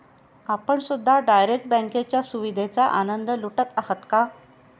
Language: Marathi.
आपण सुद्धा डायरेक्ट बँकेच्या सुविधेचा आनंद लुटत आहात का?